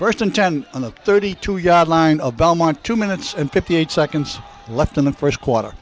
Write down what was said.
ten on the thirty two yard line of belmont two minutes and fifty eight seconds left in the first quarter